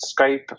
Skype